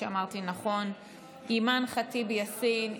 אימאן ח'טיב יאסין,